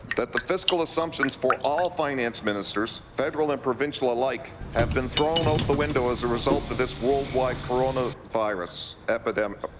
that the fiscal assumptions for all finance ministers, federal and provincial alike, have been thrown out the window as a result of this worldwide coronavirus pandemic epidemic.